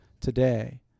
today